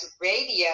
Radio